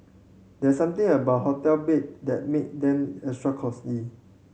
there something about hotel bed that make them extra